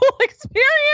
experience